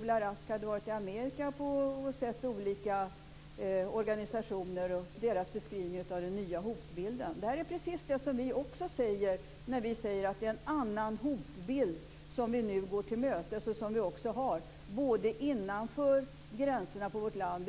Ola Rask hade varit i Amerika och sett olika organisationer och hört deras beskrivning av den nya hotbilden. Det är precis det som vi också säger när vi säger att det är en annan hotbild som vi nu går till mötes och som vi också har både innanför och utanför gränserna av vårt land.